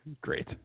Great